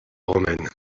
romaine